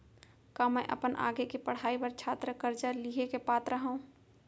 का मै अपन आगे के पढ़ाई बर छात्र कर्जा लिहे के पात्र हव?